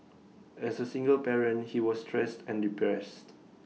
as A single parent he was stressed and depressed